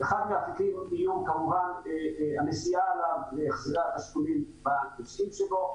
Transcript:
אחד מהנתונים הוא כמובן הנסיעה והחזרי ה --- והתקצוב שבו.